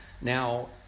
now